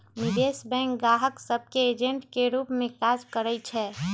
निवेश बैंक गाहक सभ के एजेंट के रूप में काज करइ छै